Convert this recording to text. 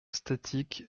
statique